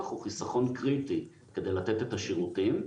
הוא חיסכון קריטי כדי לתת את השירותים.